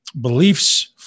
beliefs